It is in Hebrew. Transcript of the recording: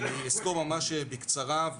אני אסקור ממש בקצרה,